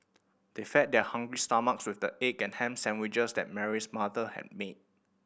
they fed their hungry stomachs with the egg and ham sandwiches that Mary's mother had made